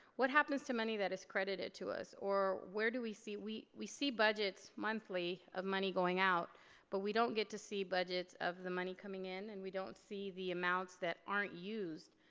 what happens to money that is credited to us or where do we see, we we see budgets monthly of money going out but we don't get to see budgets of the money coming in and we don't see the amounts that aren't used.